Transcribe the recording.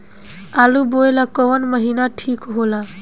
आलू बोए ला कवन महीना ठीक हो ला?